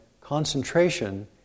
concentration